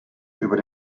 über